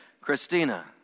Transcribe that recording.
Christina